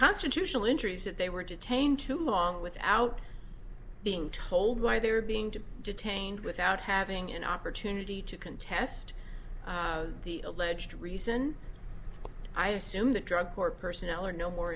constitutional injuries that they were detained too long without being told why they were being to be detained without having an opportunity to contest the alleged reason i assume that drug court personnel are no more